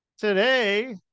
today